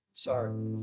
Sorry